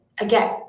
again